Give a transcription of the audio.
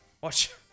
Watch